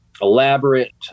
elaborate